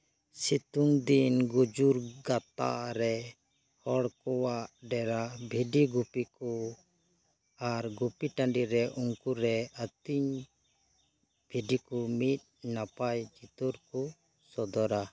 ᱥᱮᱛᱳᱝ ᱫᱤᱱ ᱜᱩᱡᱩᱞ ᱜᱟᱯᱟᱨᱮ ᱦᱚᱲᱠᱚᱣᱟᱜ ᱰᱮᱨᱟ ᱵᱷᱤᱰᱤ ᱜᱩᱯᱤᱠᱚ ᱟᱨ ᱜᱩᱯᱤ ᱴᱟᱺᱰᱤ ᱨᱮ ᱩᱱᱠᱩᱨᱮ ᱟᱹᱛᱤᱧ ᱵᱷᱤᱰᱤᱠᱚ ᱢᱤᱫ ᱱᱟᱯᱟᱭ ᱩᱛᱟᱹᱨᱠᱚ ᱥᱚᱫᱚᱨᱟ